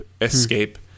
escape